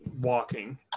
walking